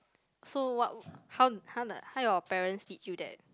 so what how how the how your parents teach you that